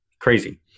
Crazy